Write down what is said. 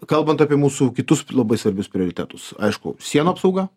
kalbant apie mūsų kitus labai svarbius prioritetus aišku sienų apsauga